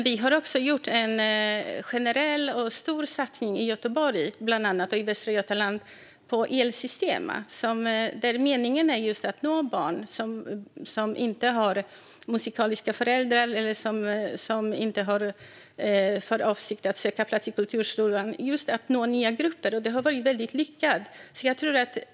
Vi har i Göteborg och Västra Götaland också gjort en stor och generell satsning på El Sistema, där meningen är just att nå barn som inte har musikaliska föräldrar eller som inte har för avsikt att söka plats i kulturskolan. Det handlar om att nå nya grupper, och det har varit väldigt lyckat.